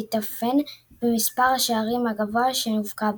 והתאפיין במספר השערים הגבוה שהובקע בו.